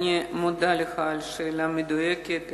אני מודה לך על השאלה המדויקת.